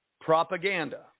Propaganda